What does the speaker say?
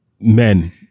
men